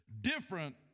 different